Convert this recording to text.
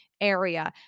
area